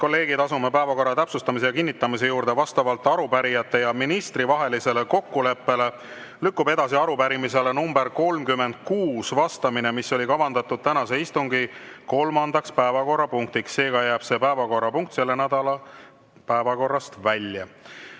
kolleegid, asume päevakorra täpsustamise ja kinnitamise juurde. Vastavalt arupärijate ja ministri vahelisele kokkuleppele lükkub edasi arupärimisele nr 36 vastamine, mis oli kavandatud tänase istungi kolmandaks päevakorrapunktiks. Seega jääb see päevakorrapunkt selle nädala päevakorrast välja.